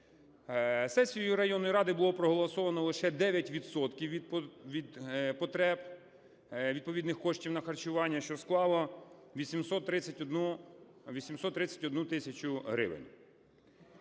Сесією районної ради було проголосовано лише 9 відсотків від потреб відповідних коштів на харчування, що склало 831 тисячу гривень.